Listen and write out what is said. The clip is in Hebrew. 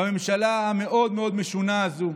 בממשלה המאוד-מאוד משונה הזאת: